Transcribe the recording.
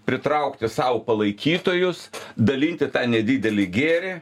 pritraukti sau palaikytojus dalinti tą nedidelį gėrį